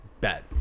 bet